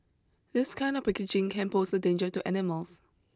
this kind of packaging can pose a danger to animals